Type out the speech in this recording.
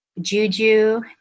Juju